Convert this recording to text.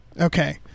okay